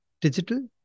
digital